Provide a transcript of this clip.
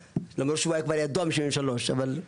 למרות שזה היה כבר ידוע משנת 1973. הבנתי,